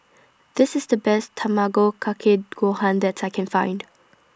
This IS The Best Tamago Kake Gohan that I Can Find